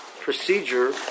procedure